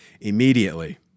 immediately